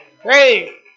Hey